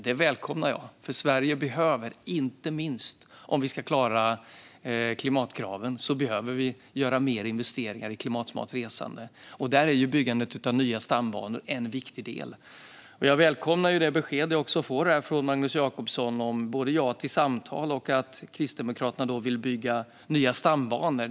Det välkomnar jag, för Sverige behöver göra mer investeringar i klimatsmart resande, inte minst om vi ska klara klimatkraven. Där är byggandet av nya stambanor en viktig del. Jag välkomnar det besked jag fick från Magnus Jacobsson om ett ja till samtal och om att Kristdemokraterna vill bygga nya stambanor.